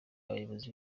abayobozi